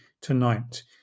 tonight